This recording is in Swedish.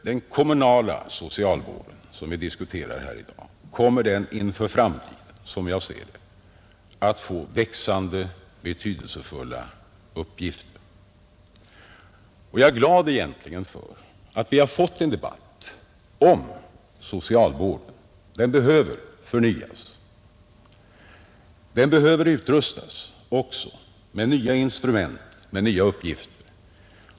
Den kommunala socialvården, som vi diskuterar här i dag, kommer inför framtiden, såsom jag ser det, att få växande, betydelsefulla uppgifter, Jag är egentligen glad över att vi har fått en debatt om socialvården. Den behöver följas och utrustas med nya instrument, nya uppgifter.